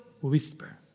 whisper